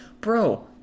bro